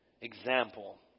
example